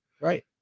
Right